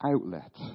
outlet